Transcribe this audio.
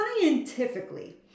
scientifically